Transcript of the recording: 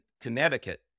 Connecticut